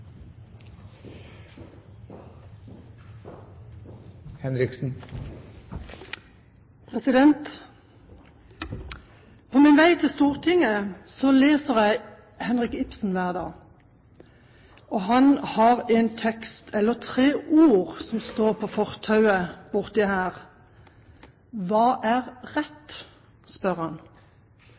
På min vei til Stortinget leser jeg Henrik Ibsen hver dag. Han har en tekst, eller tre ord, som står på fortauet her borte: Hva er rett,